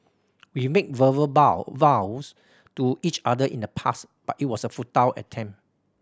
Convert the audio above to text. we made verbal vow vows to each other in the past but it was a futile attempt